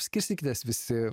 skirstykitės visi